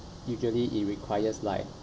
usually it requires like